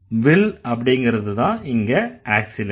will அப்படிங்கறதுதான் இங்க auxiliary